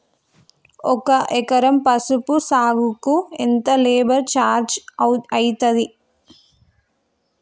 ఒక ఎకరం పసుపు సాగుకు ఎంత లేబర్ ఛార్జ్ అయితది?